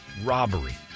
robbery